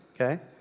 okay